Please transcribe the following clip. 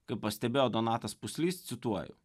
kaip pastebėjo donatas puslys cituoju